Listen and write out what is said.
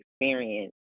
experience